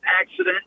accident